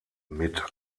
mit